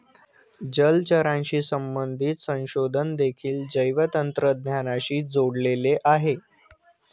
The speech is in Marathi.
जलचराशी संबंधित संशोधन देखील जैवतंत्रज्ञानाशी जोडलेले आहे